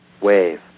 wave